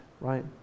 right